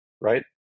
right